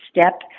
step